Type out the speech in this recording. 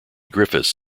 griffiths